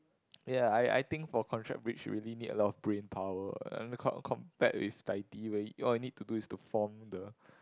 ya I I think for contract bridge you really need a lot of brain power and compared with Taiti where all you need to do is to form the